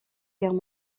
guerre